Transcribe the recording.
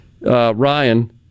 Ryan